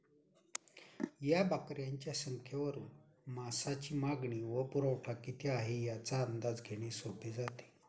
या बकऱ्यांच्या संख्येवरून मांसाची मागणी व पुरवठा किती आहे, याचा अंदाज घेणे सोपे जाते